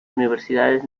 universidades